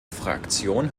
fraktion